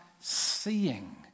seeing